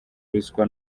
ruswa